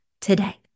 today